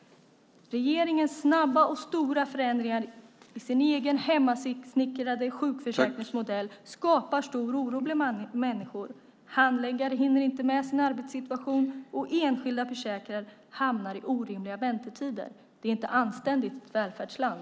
Regeringens snabba och stora förändringar i sin egen hemmasnickrade sjukförsäkringsmodell skapar stor oro bland människor. Handläggare hinner inte med sin arbetssituation, och enskilda försäkrade hamnar i orimliga väntetider. Det är inte anständigt för ett välfärdsland.